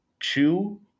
chew